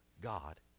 God